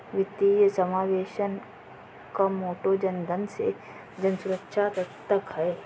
वित्तीय समावेशन का मोटो जनधन से जनसुरक्षा तक है